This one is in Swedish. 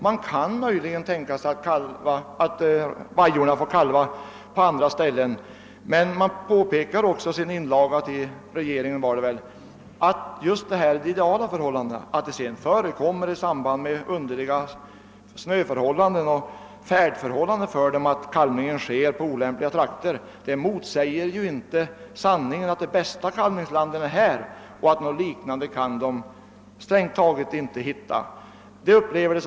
Man kan möjligen tänka sig att vajorna får kalva på andra ställen, men man påpekar också i sin inlaga till regeringen att det just i Autabäckenet råder ideala förhållanden. Att det sedan i samband med underliga snöoch färdförhållanden förekommer att kalvningen sker i olämpliga trakter motsäger ju inte påståendet att de bästa kalvningslanden är här och att man strängt taget inte kan hitta något liknande.